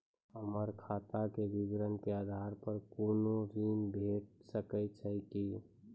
हमर खाता के विवरण के आधार प कुनू ऋण भेट सकै छै की?